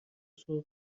صبح